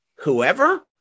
Whoever